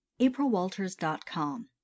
AprilWalters.com